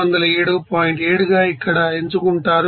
7 గా ఇక్కడ ఎంచుకుంటారు